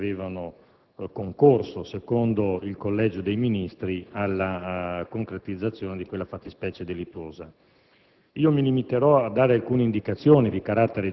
e ad alcune persone e funzionari privati che avevano concorso, secondo il Collegio per i reati ministeriali, alla concretizzazione di quella fattispecie delittuosa.